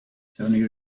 tony